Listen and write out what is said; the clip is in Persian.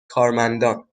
کارمندان